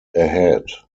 ahead